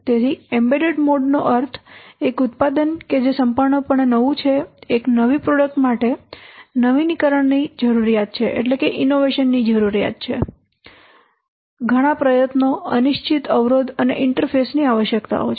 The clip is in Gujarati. તેથી એમ્બેડેડ મોડ નો અર્થ એક ઉત્પાદન કે જે સંપૂર્ણપણે નવું છે એક નવી પ્રોડકટ માટે નવીનીકરણ ની જરૂરિયાત છે ઘણા પ્રયત્નો અનિશ્ચિત અવરોધ અને ઇન્ટરફેસ ની આવશ્યકતાઓ છે